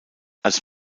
als